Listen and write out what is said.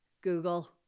Google